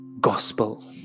gospel